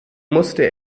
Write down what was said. musste